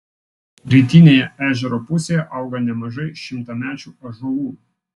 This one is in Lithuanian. rytinėje ežero pusėje auga nemažai šimtamečių ąžuolų